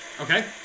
Okay